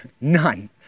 none